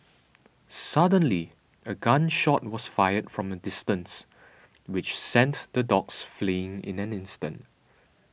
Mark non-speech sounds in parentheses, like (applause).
(noise) suddenly a gun shot was fired from a distance which sent the dogs fleeing in an instant